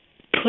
put